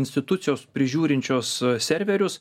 institucijos prižiūrinčios serverius